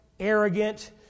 arrogant